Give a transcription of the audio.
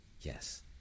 yes